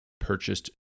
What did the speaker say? purchased